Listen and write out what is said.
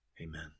amen